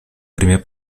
primer